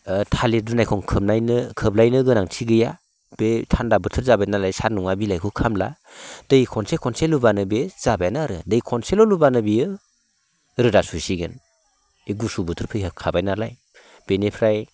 थालिर बिलाइखौ खोबलायनो गोनांथि गैया बे थान्दा बोथोर जाबाय नालाय सान्दुङा बिलाइखौ खामला दै खनसे खनसे लुबानो बे जाबायानो आरो दै खनसेल' लुबानो बियो रोदा सुसिगोन बे गुसु बोथोर फैहाबखाबाय नालाय बेनिफ्राय